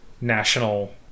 national